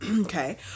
okay